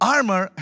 Armor